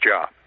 job